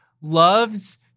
loves